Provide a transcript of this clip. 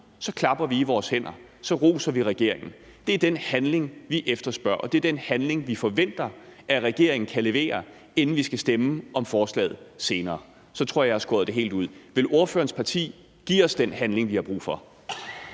klapper vi i vores hænder. Så roser vi regeringen. Det er den handling, vi efterspørger, og det er den handling, vi forventer at regeringen kan levere, inden vi skal stemme om forslaget senere. Så tror jeg, at jeg har skåret det helt ud i pap. Vil ordførerens parti give os den handling, vi har brug for?